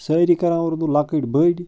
سٲرے کَران اُردو لۄکٕٹۍ بٔڑۍ